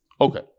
Okay